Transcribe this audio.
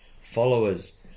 followers